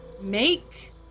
make